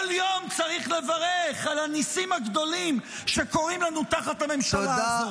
כל יום צריך לברך על הנסים הגדולים שקורים לנו תחת הממשלה הזו.